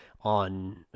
on